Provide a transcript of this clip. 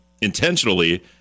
intentionally